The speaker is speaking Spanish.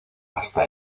hasta